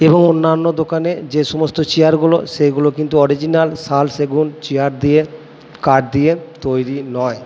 এবং অন্যান্য দোকানে যে সমস্ত চেয়ারগুলো সেগুলো কিন্তু অরিজিনাল শাল সেগুন চেয়ার দিয়ে কাঠ দিয়ে তৈরি নয়